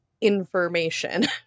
information